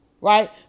Right